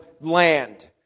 land